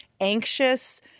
anxious